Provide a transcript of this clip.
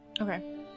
Okay